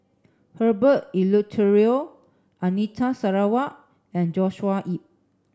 Herbert Eleuterio Anita Sarawak and Joshua Ip